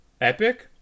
Epic